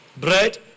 bread